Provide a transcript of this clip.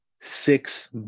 six